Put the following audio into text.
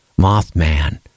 Mothman